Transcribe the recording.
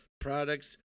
products